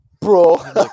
bro